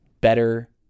better